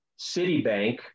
Citibank